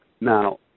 Now